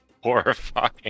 Horrifying